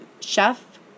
chef